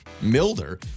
Milder